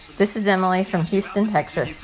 this is emily from houston, texas.